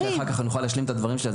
אם אחר כך אני אוכל להשלים את הדברים שלי,